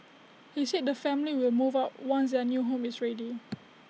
he said the family will move out once their new home is ready